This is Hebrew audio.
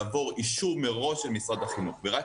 לעבור אישור מראש של משרד החינוך ורק